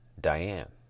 diane